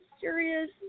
serious